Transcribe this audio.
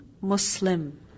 Muslim